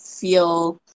feel